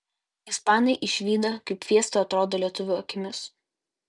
ispanai išvydo kaip fiesta atrodo lietuvių akimis